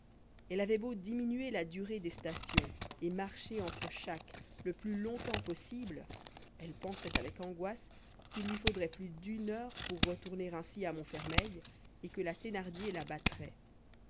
elle avait beau diminuer la durée des stations et marcher entre chaque le plus longtemps possible elle pensait avec angoisse qu'il lui faudrait plus d'une heure pour retourner ainsi à montfermeil et que la thénardier la battrait